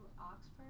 Oxford